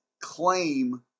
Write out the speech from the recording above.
claim